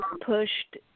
pushed